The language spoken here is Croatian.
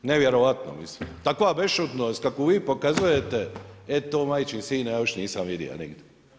Nevjerojatno mislim, takva bešćutnost kakvu vi pokazujete e to majčin sine ja još nisam vidio nigdje.